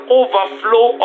overflow